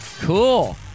Cool